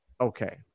okay